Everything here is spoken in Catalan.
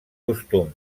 costum